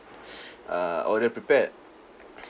err order prepared